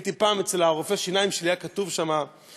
הייתי פעם אצל רופא השיניים שלי והיה כתוב שם: